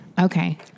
Okay